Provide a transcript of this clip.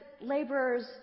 laborers